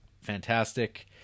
fantastic